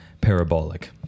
parabolic